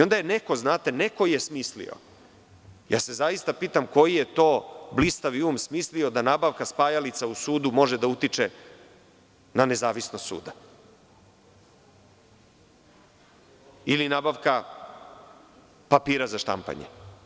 Onda je neko smislio, zaista se pitam koji je to blistavi um smislio da nabavka spajalica u sudu može da utiče na nezavisnost suda, ili nabavka papira za štampanje.